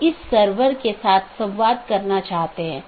जो हम चर्चा कर रहे थे कि हमारे पास कई BGP राउटर हैं